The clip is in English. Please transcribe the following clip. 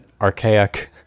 archaic